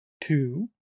two